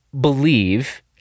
believe